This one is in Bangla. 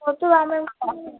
কত দামের